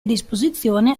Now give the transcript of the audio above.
disposizione